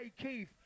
Keith